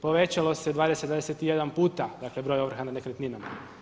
Povećalo se 21 puta dakle broj ovrha nad nekretninama.